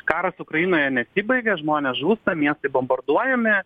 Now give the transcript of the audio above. karas ukrainoje nesibaigė žmonės žūsta miestai bombarduojami